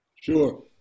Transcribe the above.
Sure